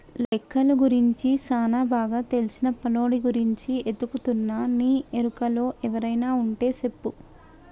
లెక్కలు గురించి సానా బాగా తెల్సిన పనోడి గురించి ఎతుకుతున్నా నీ ఎరుకలో ఎవరైనా వుంటే సెప్పు